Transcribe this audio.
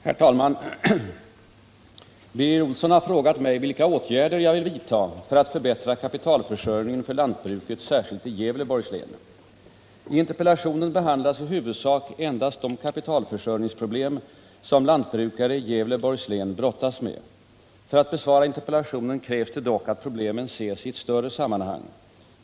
Herr talman! Birger Olsson har frågat mig vilka åtgärder jag vill vidta för att förbättra kapitalförsörjningen för lantbruket, särskilt i Gävleborgs län. I interpellationen behandlas i huvudsak endast de kapitalförsörjningsproblem som lantbrukare i Gävleborgs län brottas med. För att besvara interpellationen krävs det dock att problemen ses i ett större sammanhang.